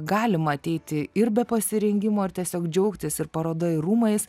galima ateiti ir be pasirengimo ir tiesiog džiaugtis ir paroda ir rūmais